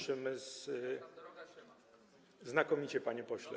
Znakomicie, panie pośle.